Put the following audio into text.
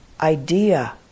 idea